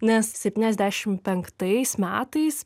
nes septyniasdešimt penktais metais